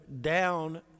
down